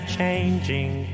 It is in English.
changing